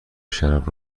شراب